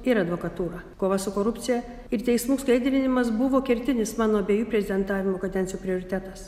ir advokatūrą kova su korupcija ir teismų skaidrinimas buvo kertinis mano abiejų prezidentavimo kadencijų prioritetas